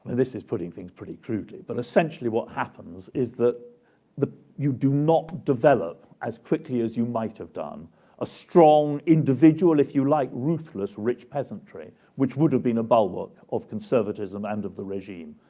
this is putting things pretty crudely, but essentially what happens is that the you do not develop as quickly as you might have done a strong individual, if you like, ruthless, rich peasantry, which would have been a bulwark of conservatism and of the regime.